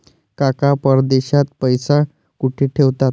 काका परदेशात पैसा कुठे ठेवतात?